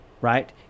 right